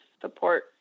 support